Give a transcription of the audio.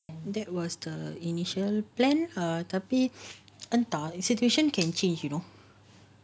that was the initial plan err tapi entah the situation can change you know